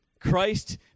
Christ